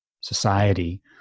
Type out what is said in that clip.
society